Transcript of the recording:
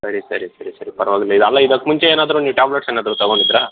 ಸರಿ ಸರಿ ಸರಿ ಸರಿ ಪರವಾಗಿಲ್ಲ ಇದು ಅಲ್ಲ ಇದಕ್ಕೆ ಮುಂಚೆ ಏನಾದ್ರೂ ನೀವು ಟ್ಯಾಬ್ಲೆಟ್ಸ್ ಏನಾದ್ರೂ ತಗೊಂಡಿದ್ರಾ